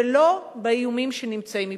ולא באיומים שנמצאים מבחוץ.